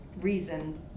reason